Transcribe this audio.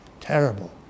Terrible